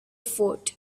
fort